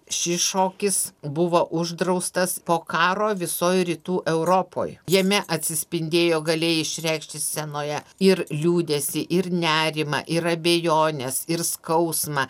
šis šokis buvo uždraustas po karo visoj rytų europoj jame atsispindėjo galėjai išreikšti scenoje ir liūdesį ir nerimą ir abejones ir skausmą